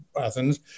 Athens